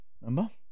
remember